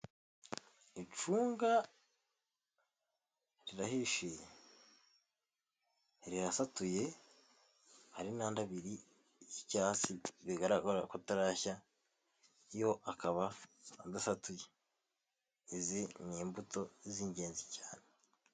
Icunga rirahishije rirasatuye hari n'andi abiri iry'icyatsi bigaragara ko atarashya yo akaba adasatuye izi ni imbuto z'ingenzi cyane.